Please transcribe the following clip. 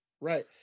Right